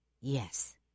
Yes